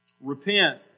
Repent